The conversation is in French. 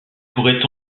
pourrait